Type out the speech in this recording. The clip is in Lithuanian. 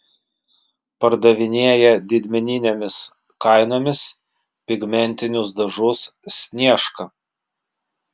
pardavinėja didmeninėmis kainomis pigmentinius dažus sniežka